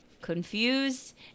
Confused